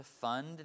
fund